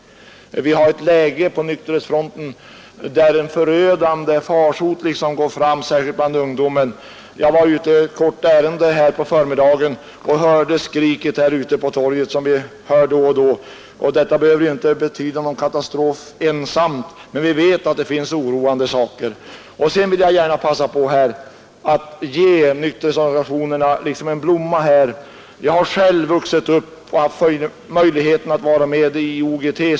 På nykterhetsfronten har vi ett läge, där liksom en förödande farsot drar fram, särskilt bland ungdomen. Jag var på förmiddagen ute i ett kort ärende och hörde utanför detta hus skriken på torget, som vi hör då och då. Detta ensamt behöver naturligtvis inte tyda på någon katastrof, men vi vet att det finns många oroande saker. Jag vill här passa på att ge nykterhetsorganisationerna en blomma. Jag har själv haft möjlighet att som ung vara med i IOGT.